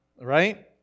right